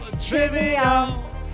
trivia